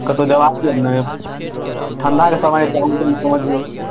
कतहु जेबाक यए ने ठण्डाके समय छै अहूँ कनि समझियौ